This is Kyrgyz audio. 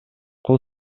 кол